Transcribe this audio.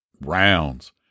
Rounds